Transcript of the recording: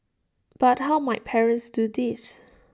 but how might parents do this